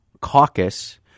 caucus